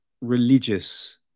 religious